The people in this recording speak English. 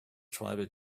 tribal